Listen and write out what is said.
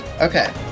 Okay